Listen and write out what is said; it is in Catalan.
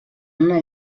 una